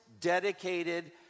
dedicated